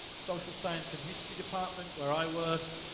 social science and history department, where i work,